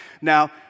Now